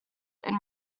and